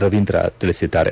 ರವೀಂದ್ರ ತಿಳಿಸಿದ್ದಾರೆ